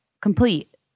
complete